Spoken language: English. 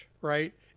right